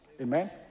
Amen